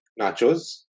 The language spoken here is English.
nachos